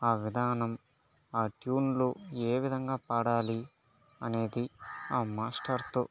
ఆ విధానం ఆ ట్యూన్ లో ఏ విధంగా పాడాలి అనేది ఆ మాస్టర్ తో